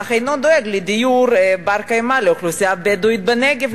אך אינו דואג לדיור בר-קיימא לאוכלוסייה הבדואית בנגב,